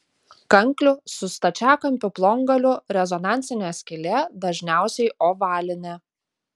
kanklių su stačiakampiu plongaliu rezonansinė skylė dažniausiai ovalinė